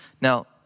Now